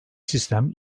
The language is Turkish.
sistem